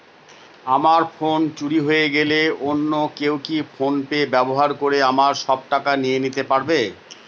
আমার ফোন চুরি হয়ে গেলে অন্য কেউ কি ফোন পে ব্যবহার করে আমার সব টাকা নিয়ে নিতে পারবে?